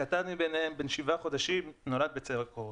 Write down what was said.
הקטן ביניהם בן שבעה חודשים, נולד בצל הקורונה.